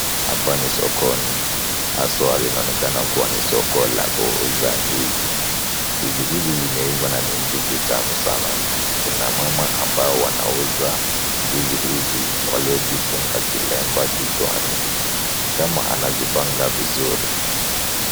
Hapa ni sokoni haswa linaonekana kuwa ni soko la kuuza ndizi. Ndizi hizi zimeiva na ni ndizi tamu sana. Kuna mama ambao wanauza ndizi hizi waliojifunga kilemba kichwani. Ni kama anazipanga vizuri.